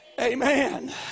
Amen